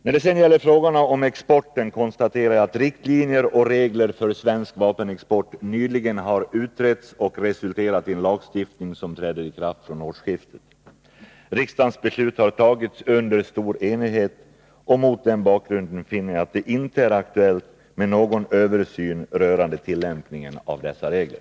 När det gäller frågorna om exporten konstaterar jag att riktlinjer och regler för svensk vapenexport nyligen har utretts och resulterat i en lagstiftning som träder i kraft från årsskiftet. Riksdagens beslut har tagits under stor enighet. Mot den bakgrunden finner jag att det inte är aktuellt med någon översyn rörande tillämpningen av dessa regler.